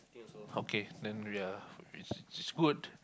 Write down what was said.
okay then we are it's good